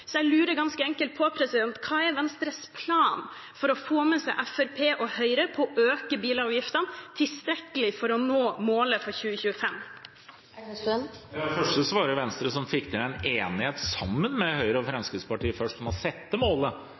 Så jeg lurer ganske enkelt på hva som er Venstres plan for å få med seg Fremskrittspartiet og Høyre på å øke bilavgiftene tilstrekkelig for å nå målet for 2025. For det første var det Venstre som fikk til en enighet med Høyre og Fremskrittspartiet om å sette seg målet